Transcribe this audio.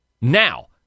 now